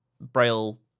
braille